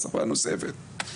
בשפה נוספת.